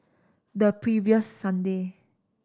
the previous Sunday